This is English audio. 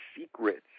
secrets